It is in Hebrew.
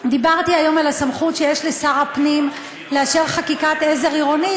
דיברתי היום על הסמכות שיש לשר הפנים לאשר חקיקת עזר עירונית,